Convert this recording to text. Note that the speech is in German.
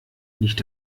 nicht